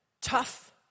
tough